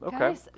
Okay